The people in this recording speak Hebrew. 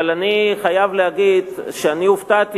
אבל אני חייב להגיד שאני הופתעתי,